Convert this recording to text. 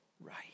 right